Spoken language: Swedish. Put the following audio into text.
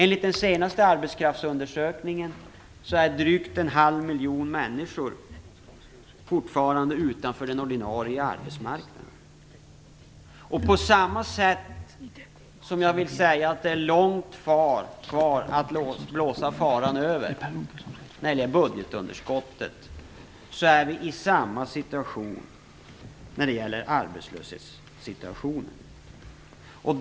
Enligt den senaste arbetskraftsundersökningen står drygt en halv miljon människor fortfarande utanför den ordinarie arbetsmarknaden. Det är långt kvar till att blåsa faran över när det gäller budgetunderskottet, och i samma situation är vi när det gäller arbetslösheten.